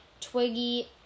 Twiggy